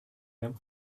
him